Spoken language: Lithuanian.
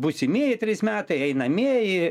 būsimieji trys metai einamieji